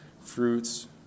fruits